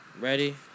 Ready